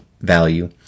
value